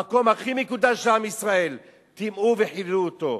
המקום הכי מקודש לעם ישראל, טימאו וחיללו אותו.